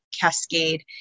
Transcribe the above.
cascade